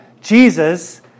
Jesus